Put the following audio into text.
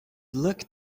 luck